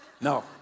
No